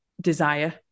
desire